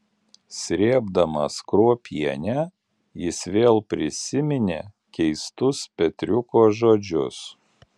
srėbdamas kruopienę jis vėl prisiminė keistus petriuko žodžius